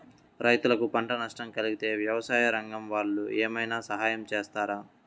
రైతులకు పంట నష్టం కలిగితే వ్యవసాయ రంగం వాళ్ళు ఏమైనా సహాయం చేస్తారా?